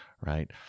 right